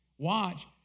Watch